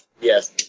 Yes